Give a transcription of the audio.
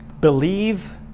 Believe